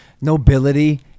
Nobility